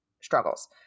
struggles